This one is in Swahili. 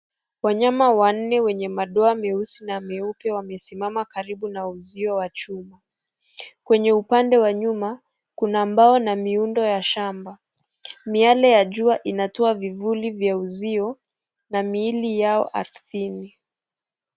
Wanyama wanne wenye madoa meusi na meupe wamesimama karibu na wa juu ,kwenye upande wa nyuma kuna mbao na miundo ya shamba miale ya jua inatoa vifuli vyeusio na miili yao ardhini.